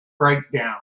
breakdown